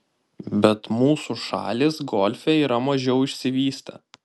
bet mūsų šalys golfe yra mažiau išsivystę